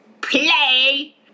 play